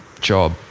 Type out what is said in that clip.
job